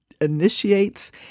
initiates